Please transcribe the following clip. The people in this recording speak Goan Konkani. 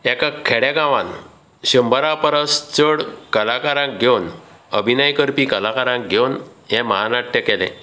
एका खेडे गांवान शंबरा परस चड कलाकारांक घेवन अभिनय करपी कलाकारांक घेवन हे म्हानाट्य केले